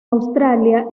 australia